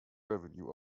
revenue